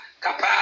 kapa